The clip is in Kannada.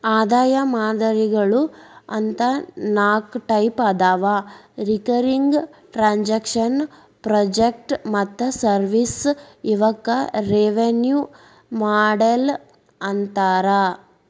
ಆದಾಯ ಮಾದರಿಗಳು ಅಂತ ನಾಕ್ ಟೈಪ್ ಅದಾವ ರಿಕರಿಂಗ್ ಟ್ರಾಂಜೆಕ್ಷನ್ ಪ್ರಾಜೆಕ್ಟ್ ಮತ್ತ ಸರ್ವಿಸ್ ಇವಕ್ಕ ರೆವೆನ್ಯೂ ಮಾಡೆಲ್ ಅಂತಾರ